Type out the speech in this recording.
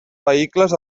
vehicles